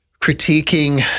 critiquing